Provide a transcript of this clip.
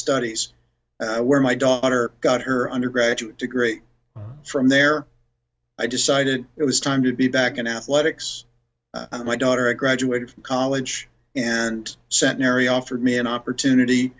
studies where my daughter got her undergraduate degree from there i decided it was time to be back in athletics my daughter graduated from college and centenary offered me an opportunity